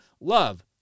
Love